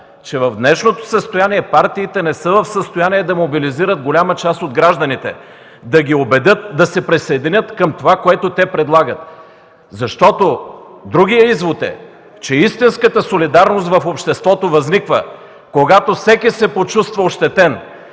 че днес партиите не са в състояние да мобилизират голяма част от гражданите – да ги убедят да се присъединят към това, което те предлагат. Другият извод е, че истинската солидарност в обществото възниква, когато всеки се почувства ощетен,